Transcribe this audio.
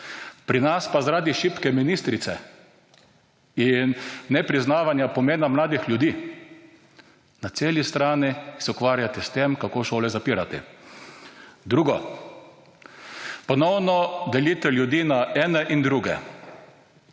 Pri nas pa zaradi šibke ministrice in nepriznavanja pomena mladih ljudi na celi strani se ukvarjate s tem, kako šole zapirati. Drugo, ponovno delite ljudi na ene in druge.